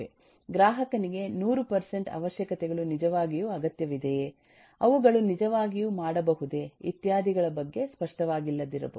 ಗ್ರಾಹಕನಿಗೆ 100 ಪರ್ಸೆಂಟ್ ಅವಶ್ಯಕತೆಗಳು ನಿಜವಾಗಿಯೂ ಅಗತ್ಯವಿದೆಯೇ ಅವುಗಳು ನಿಜವಾಗಿಯೂ ಮಾಡಬಹುದೇ ಇತ್ಯಾದಿಗಳ ಬಗ್ಗೆ ಸ್ಪಷ್ಟವಾಗಿಲ್ಲದಿರಬಹುದು